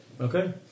Okay